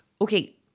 Okay